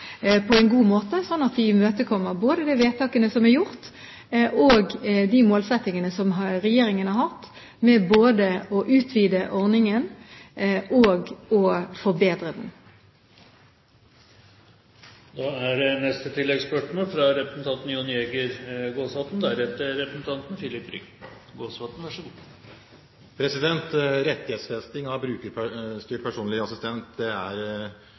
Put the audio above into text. på en god måte, slik at vi imøtekommer både de vedtakene som er gjort, og de målsettingene som regjeringen har hatt med både å utvide ordningen og å forbedre den.